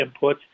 inputs